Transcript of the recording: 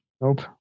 Nope